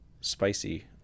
spicy